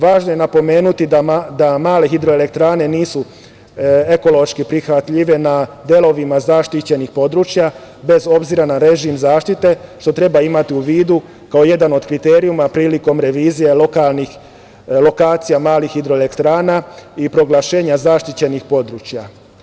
Važno je napomenuti da male hidroelektrane nisu ekološki prihvatljive na delovima zaštićenih područja, bez obzira na režim zaštite, što treba imati u vidu kao jedan od kriterijuma prilikom revizije lokacija malih hidroelektrana i proglašenja zaštićenih područja.